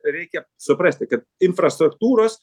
reikia suprasti kad infrastruktūros